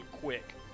quick